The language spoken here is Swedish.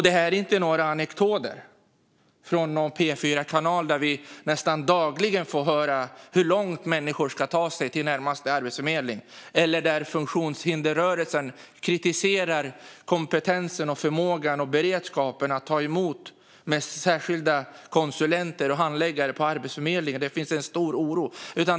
Det här är inte några anekdoter från någon P4-kanal där vi nästan dagligen får höra hur långt människor ska ta sig för att komma till närmaste arbetsförmedling eller där funktionshindersrörelsen kritiserar kompetensen, förmågan och beredskapen att ta emot med särskilda konsulenter och handläggare på Arbetsmedlingen och där det finns en stor oro.